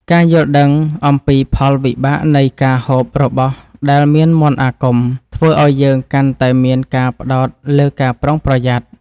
ការយល់ដឹងអំពីផលវិបាកនៃការហូបរបស់ដែលមានមន្តអាគមធ្វើឱ្យយើងកាន់តែមានការផ្ដោតលើការប្រុងប្រយ័ត្ន។